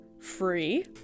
free